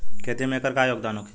खेती में एकर का योगदान होखे?